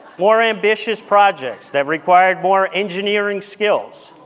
more ambitious projects that required more engineering skills.